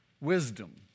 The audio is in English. Wisdom